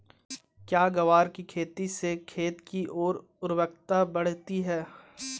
क्या ग्वार की खेती से खेत की ओर उर्वरकता बढ़ती है?